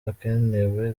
akenewe